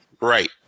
right